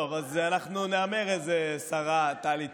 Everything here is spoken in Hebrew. טוב, אז אנחנו נהמר איזה שרה טלי תהיה,